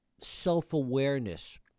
self-awareness